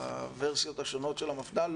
הוורסיות השונות של המפד"ל,